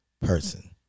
person